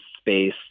space